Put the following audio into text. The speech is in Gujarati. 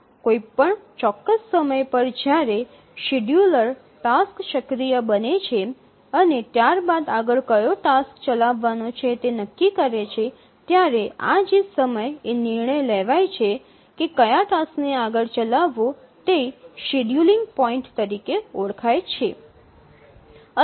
કોઈ ચોક્કસ સમય પર જ્યારે શેડ્યૂલર ટાસ્ક સક્રિય બને છે અને ત્યારબાદ આગળ કયો ટાસ્ક ચલાવવાનો છે તે નક્કી કરે છે ત્યારે આ જે સમય એ નિર્ણય લેવાય છે કે કયા ટાસ્ક ને આગળ ચલાવવો તે શેડ્યુલિંગ પોઈન્ટ તરીકે ઓળખાય છે